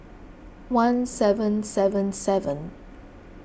one seven seven seven